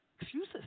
excuses